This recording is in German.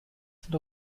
sind